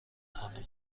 کنه